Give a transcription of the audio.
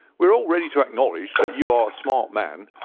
we are all ready to acknowledge that you are a smart man,